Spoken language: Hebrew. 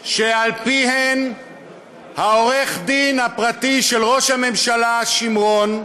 שעל-פיהן עורך-הדין הפרטי של ראש הממשלה, שמרון,